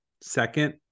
second